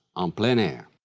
um plein air,